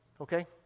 okay